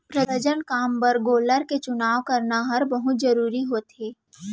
प्रजनन काम बर गोलर के चुनाव करना हर बहुत जरूरी होथे